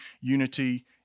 unity